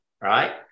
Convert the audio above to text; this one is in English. Right